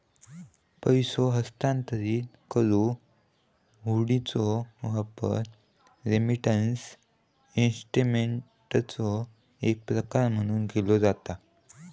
पैसो हस्तांतरित करुक हुंडीचो वापर रेमिटन्स इन्स्ट्रुमेंटचो एक प्रकार म्हणून केला जाता